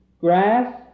grass